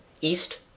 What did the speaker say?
East